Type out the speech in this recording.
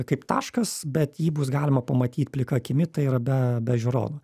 kaip taškas bet jį bus galima pamatyt plika akimi tai yra be be žiūronų